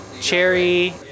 cherry